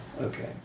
okay